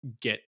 get